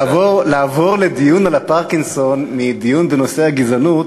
לעבור לדיון על הפרקינסון מדיון בנושא הגזענות